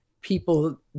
people